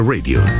Radio